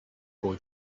boy